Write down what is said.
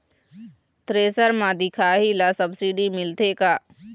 Thresher म दिखाही ला सब्सिडी मिलथे का?